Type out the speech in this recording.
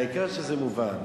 העיקר שזה מובן.